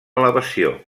elevació